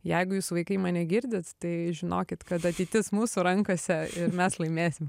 jeigu jūs vaikai mane girdit tai žinokit kad ateitis mūsų rankose ir mes laimėsim